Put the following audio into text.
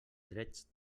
drets